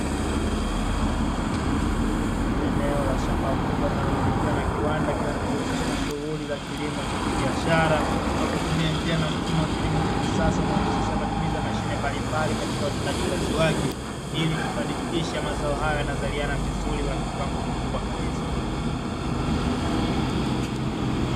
Eneo la shamba kubwa linalomilikiwa na kiwanda kinachojihusisha na shughuli za kilimo cha kibiashara, kwa kutumia njia na mfumo wa kilimo cha kisasa, unaohusisha matumizi ya mashine mbalimbali katika utendaji kazi wake; ili kufanikisha mazao haya yanazaliana vizuri na kwa kiwango kikubwa kabisa.